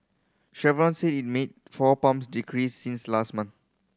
Chevron said it made four pump decreases since last month